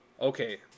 okay